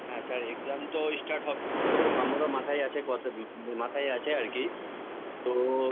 হ্যাঁ sir exam তো start হবে তো আমারও মাথায় আছে কথা মাথায় আছে আর কি তো